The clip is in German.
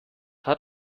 hat